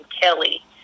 Kelly